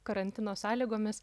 karantino sąlygomis